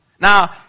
Now